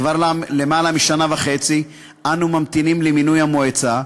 כבר למעלה משנה וחצי אנו ממתינים למינוי המועצה,